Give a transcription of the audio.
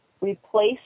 Replace